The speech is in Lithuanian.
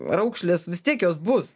raukšlės vis tiek jos bus